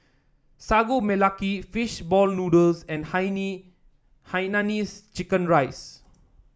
Sagu Melaka fish ball noodles and Hainanese Chicken Rice